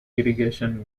irrigation